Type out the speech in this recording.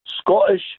Scottish